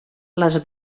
les